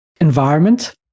environment